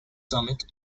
summit